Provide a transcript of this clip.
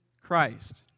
Christ